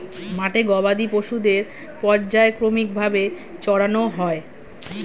মাঠে গবাদি পশুদের পর্যায়ক্রমিক ভাবে চরানো হয়